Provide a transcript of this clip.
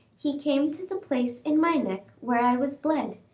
he came to the place in my neck where i was bled,